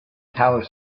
power